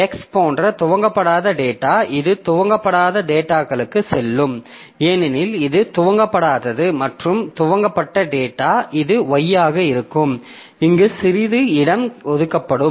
x போன்ற துவக்கப்படாத data இது துவக்கப்படாத டேட்டாகளுக்குச் செல்லும் ஏனெனில் இது துவக்கப்படாதது மற்றும் துவக்கப்பட்ட டேட்டா இது y ஆக இருக்கும் இங்கு சிறிது இடம் ஒதுக்கப்படும்